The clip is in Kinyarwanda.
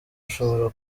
ushobora